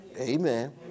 Amen